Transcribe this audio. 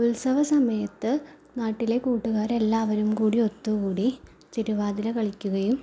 ഉത്സവസമയത്ത് നാട്ടിലെ കൂട്ടുകാരെല്ലാവരും കൂടി ഒത്തുകൂടി തിരുവാതിര കളിക്കുകയും